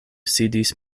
sidis